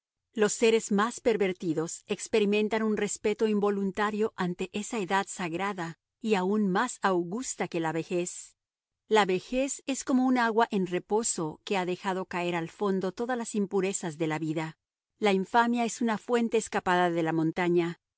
los seres más pervertidos experimentan un respeto involuntario ante esa edad sagrada y aun más augusta que la vejez la vejez es como un agua en reposo que ha dejado caer al fondo todas las impurezas de la vida la infamia es una fuente escapada de la montaña